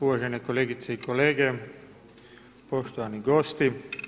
Uvažene kolegice i kolege, poštovani gosti.